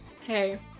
Hey